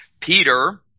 Peter